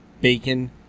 BACON